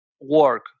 work